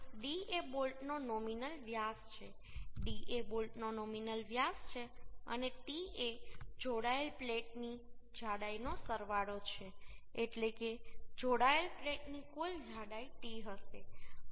અને d એ બોલ્ટનો નોમિનલ વ્યાસ છે d એ બોલ્ટનો નોમિનલ વ્યાસ છે અને t એ જોડાયેલ પ્લેટોની જાડાઈનો સરવાળો છે એટલે કે જોડાયેલ પ્લેટની કુલ જાડાઈ t હશે